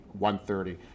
1.30